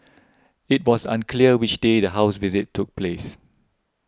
it was unclear which day the house visit took place